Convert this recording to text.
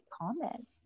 comment